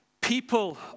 people